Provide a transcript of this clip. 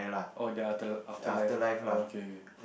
oh the after afterlife ah oh okay okay